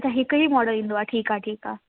त हिकु ई मॉडल ईंदो आहे ठीकु आहे ठीकु आहे